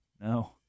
No